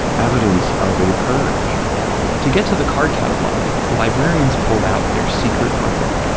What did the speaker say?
evidence of a purge to get to the card catalog, the librarians pulled out their secret weapon,